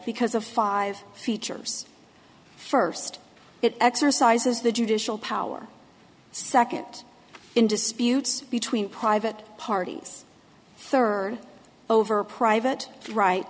because of five features first it exercises the judicial power second in disputes between private parties third over private right